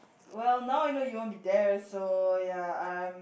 well now I know you won't be there so ya I'm